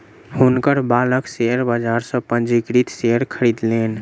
हुनकर बालक शेयर बाजार सॅ पंजीकृत शेयर खरीदलैन